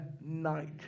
night